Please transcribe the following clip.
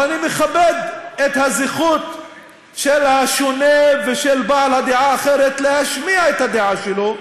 אבל אני מכבד את הזכות של השונה ושל בעל הדעה האחרת להשמיע את הדעה שלו,